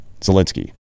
Zelensky